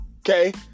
Okay